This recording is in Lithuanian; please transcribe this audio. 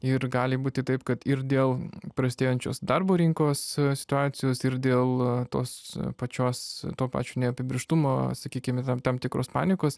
ir gali būti taip kad ir dėl prastėjančios darbo rinkos situacijos ir dėl tos pačios to pačio neapibrėžtumo sakykime tam tam tikros panikos